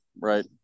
right